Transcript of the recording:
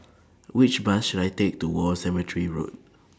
Which Bus should I Take to War Cemetery Road